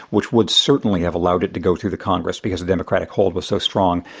which would certainly have allowed it to go through the congress because the democratic hold was so strong,